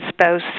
spouse